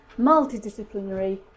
multidisciplinary